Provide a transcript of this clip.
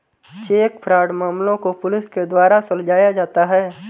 check fraud मामलों को police के द्वारा सुलझाया जाता है